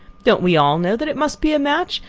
don't we all know that it must be a match,